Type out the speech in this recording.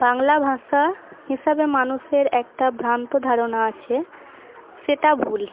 বাংলা ভাষা হিসাবে মানুষের একটা ভ্রান্ত ধারণা আছে সেটা ভুল